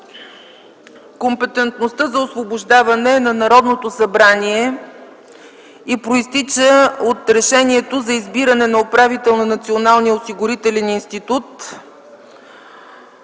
компетентността за освобождаване е на Народното събрание и произтича от Решението за избиране на управител на Националния осигурителен институт,